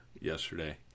yesterday